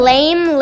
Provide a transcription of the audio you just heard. Lame